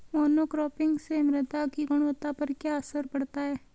Monocropping से मृदा की गुणवत्ता पर क्या असर पड़ता है?